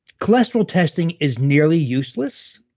cholesterol testing is nearly useless.